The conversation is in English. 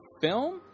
film